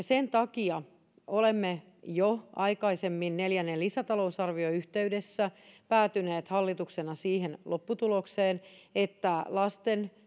sen takia olemme jo aikaisemmin neljännen lisätalousarvion yhteydessä päätyneet hallituksena siihen lopputulokseen että lasten